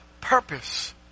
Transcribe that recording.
purpose